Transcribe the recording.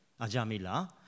Ajamila